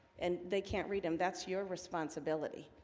and they can't read them, that's your responsibility?